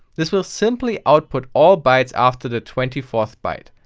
this will simply output all bytes after the twenty fourth byte.